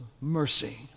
mercy